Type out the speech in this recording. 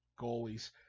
Goalies